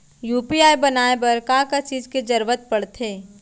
UPI बनाए बर का का चीज के जरवत पड़थे?